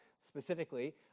specifically